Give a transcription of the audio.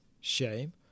Shame